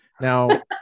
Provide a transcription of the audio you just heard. Now